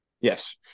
Yes